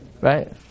Right